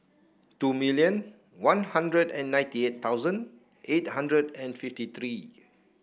two million One Hundred and ninety eight thousand eight hundred and fifty three